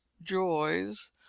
joys